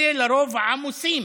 אלה לרוב עמוסים